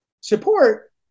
support